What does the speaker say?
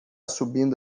subindo